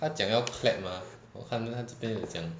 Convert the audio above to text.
他讲要 clap 吗我看他这边有讲